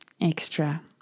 extra